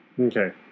Okay